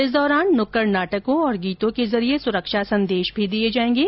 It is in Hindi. इस दौरान नुक्कड नाटको और गीतों के जरिए सुरक्षा संदेश दिए जायेंगे